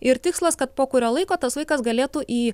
ir tikslas kad po kurio laiko tas vaikas galėtų į